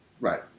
Right